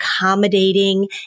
accommodating